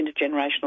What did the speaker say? intergenerational